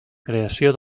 creació